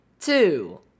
two